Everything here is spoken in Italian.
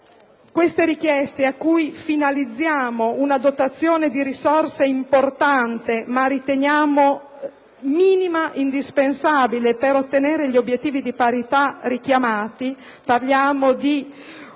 queste richieste finalizziamo una dotazione di risorse importante, ma che riteniamo minima e indispensabile per ottenere gli obiettivi di parità richiamati: parliamo di